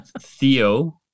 Theo